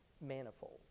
manifold